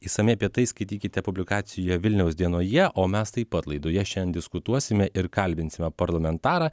išsamiai apie tai skaitykite publikaciją vilniaus dienoje o mes taip pat laidoje šian diskutuosime ir kalbinsime parlamentarą